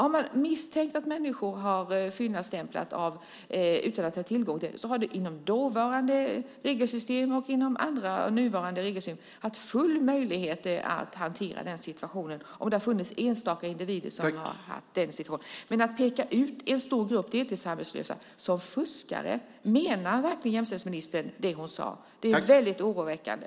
Om man misstänker att människor har fyllnadsstämplat felaktigt så har det inom dåvarande regelsystem och nuvarande regelsystem funnits fulla möjligheter att hantera den situationen, om det har funnits enstaka individer som har haft den situationen. Men att peka ut en stor grupp deltidsarbetslösa som fuskare! Menar verkligen jämställdhetsministern det som hon sade? Det är väldigt oroväckande.